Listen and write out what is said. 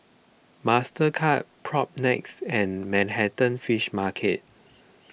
Mastercard Propnex and Manhattan Fish Market